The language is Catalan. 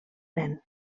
nen